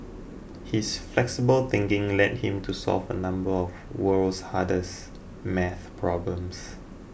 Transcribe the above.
his flexible thinking led him to solve a number of the world's hardest maths problems